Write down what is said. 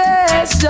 Yes